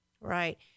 Right